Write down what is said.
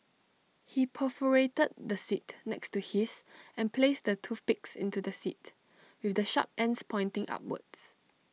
he perforated the seat next to his and placed the toothpicks into the seat with the sharp ends pointing upwards